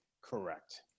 Correct